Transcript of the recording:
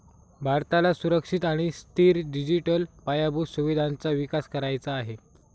भारताला सुरक्षित आणि स्थिर डिजिटल पायाभूत सुविधांचा विकास करायचा आहे